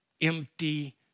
empty